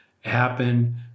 happen